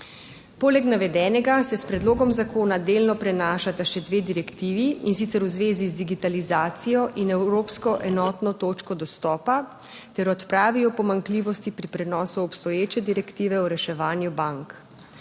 Poleg navedenega se s predlogom zakona delno prenašata še dve direktivi, in sicer v zvezi z digitalizacijo in evropsko enotno točko dostopa ter odpravijo pomanjkljivosti pri prenosu obstoječe direktive o reševanju bank.